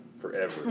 Forever